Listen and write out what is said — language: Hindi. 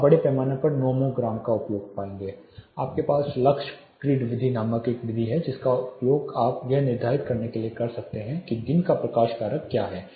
आप बड़े पैमाने पर नामोग्राम का उपयोग पाएंगे आपके पास लक्स ग्रिड विधि नामक एक विधि है जिसका उपयोग आप यह निर्धारित करने के लिए कर सकते हैं कि दिन का प्रकाश कारक क्या है